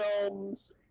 films